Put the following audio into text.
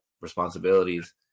responsibilities